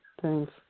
Thanks